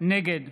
נגד